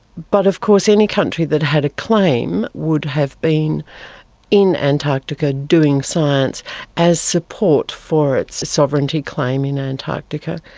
but of course any country that had a claim would have been in antarctica doing science as support for its sovereignty claim in antarctica.